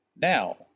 Now